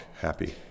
happy